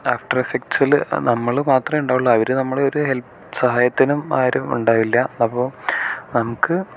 after എഫക്ട്സില് നമ്മൾ മാത്രമേയുണ്ടാവുകയുള്ളൂ അവർ നമ്മളെ ഒരു ഹെല്പ് സഹായത്തിനും ആരും ഉണ്ടാവില്ല അപ്പോൾ നമുക്ക്